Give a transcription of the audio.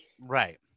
Right